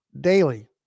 daily